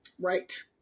Right